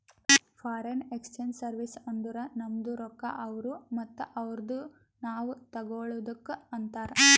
foreign exchange service ಅಂದುರ್ ನಮ್ದು ರೊಕ್ಕಾ ಅವ್ರು ಮತ್ತ ಅವ್ರದು ನಾವ್ ತಗೊಳದುಕ್ ಅಂತಾರ್